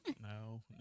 No